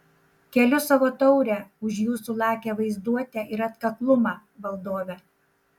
keliu savo taurę už jūsų lakią vaizduotę ir atkaklumą valdove